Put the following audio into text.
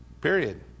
Period